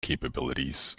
capabilities